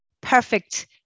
perfect